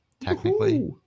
Technically